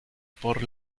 por